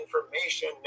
information